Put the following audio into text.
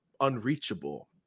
unreachable